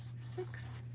six,